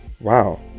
wow